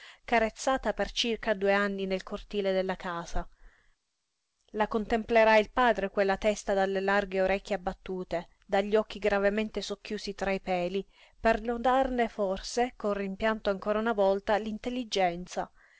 carezzata per circa due anni nel cortile della casa la contemplerà il padre quella testa dalle larghe orecchie abbattute dagli occhi gravemente socchiusi tra i peli per lodarne forse con rimpianto ancora una volta l'intelligenza